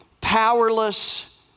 Powerless